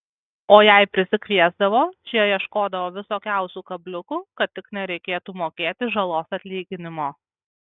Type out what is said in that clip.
o jei prisikviesdavo šie ieškodavo visokiausių kabliukų kad tik nereikėtų mokėti žalos atlyginimo